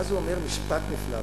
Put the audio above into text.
ואז הוא אומר משפט נפלא,